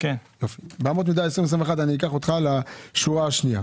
באמות מידה ב-2021, אני אקח אותך לשורה השנייה,